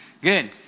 Good